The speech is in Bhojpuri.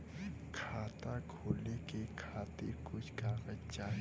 खाता खोले के खातिर कुछ कागज चाही?